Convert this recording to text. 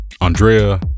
Andrea